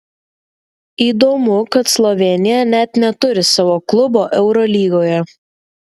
įdomu kad slovėnija net neturi savo klubo eurolygoje